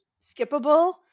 skippable